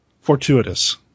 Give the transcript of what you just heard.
fortuitous